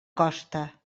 costa